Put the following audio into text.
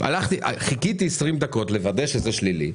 חיכיתי עשרים דקות לוודא שהיה שלילי.